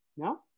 No